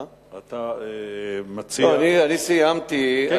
אתה מציע, לא, אני סיימתי.